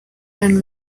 and